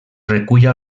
recull